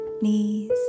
Knees